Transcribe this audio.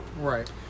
right